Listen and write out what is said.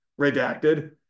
redacted